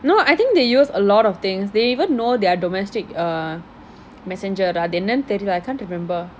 no I think they use a lot of things they even know their domestic err messenger ah அது என்னன்னு தெரியல:athu ennannu therile I can't remember